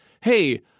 hey